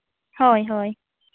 ᱦᱳᱭ ᱦᱳᱭ